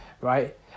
Right